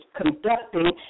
conducting